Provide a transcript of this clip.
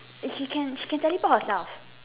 and she can she can teleport herself